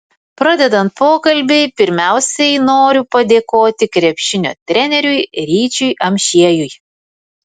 pradedant pokalbį pirmiausiai noriu padėkoti krepšinio treneriui ryčiui amšiejui